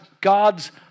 God's